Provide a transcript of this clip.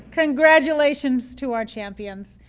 congratulations to our champions.